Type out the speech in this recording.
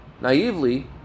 naively